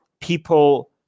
people